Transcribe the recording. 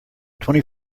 twenty